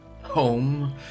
home